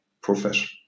profession